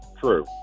True